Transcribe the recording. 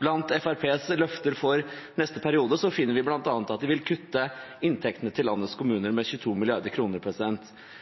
Blant Fremskrittspartiets løfter for neste periode finner vi at de vil kutte inntektene til landets kommuner med 22 mrd. kr. Noen skal selvsagt betale denne regningen når Fremskrittspartiet skal gi milliarder